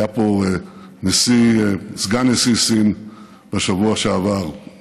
היה פה סגן נשיא סין בשבוע הקודם,